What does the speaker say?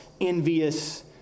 envious